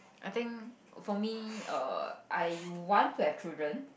I think for me err I want to have children